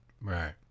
Right